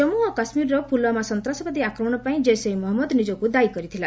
ଜମ୍ମୁ ଓ କାଶ୍ମୀରର ପୁଲ୍ୱାମା ସନ୍ତାସବାଦୀ ଆକ୍ରମଣପାଇଁ ଜେସେ ମହମ୍ମଦ ନିଜକୁ ଦାୟୀ କରିଥିଲା